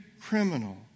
criminal